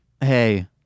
Hey